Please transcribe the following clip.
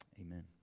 Amen